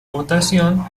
votación